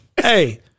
Hey